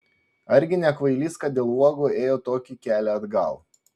argi ne kvailys kad dėl uogų ėjo tokį kelią atgal